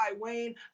wayne